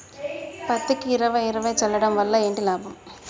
పత్తికి ఇరవై ఇరవై చల్లడం వల్ల ఏంటి లాభం?